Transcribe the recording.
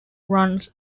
runs